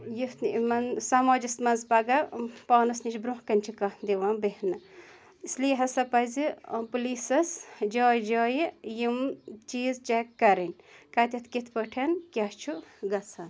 یُتھ نہٕ یِمَن سماجَس منٛز پَگاہ پانَس نِش برونٛہہ کَنۍ چھِ کانٛہہ دِوان بیٚہنہٕ اِسلیے ہَسا پَزِ پُلیٖسَس جایہِ جایہِ یِم چیٖز چیٚک کَرٕنۍ کَتٮ۪تھ کِتھ پٲٹھۍ کیٛاہ چھُ گژھان